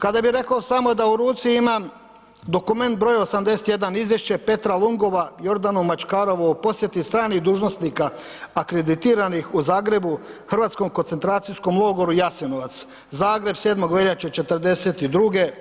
Kada bih rekao samo da u ruci imam dokument broj 81 Izvješće Petra Lungova Jordanu Mačkarovu o posjeti stranih dužnosnika akreditiranih u Zagrebu Hrvatskom koncentracijskom logoru Jasenovac, Zagreb, 7. veljače 42.